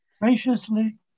Graciously